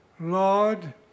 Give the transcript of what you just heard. Lord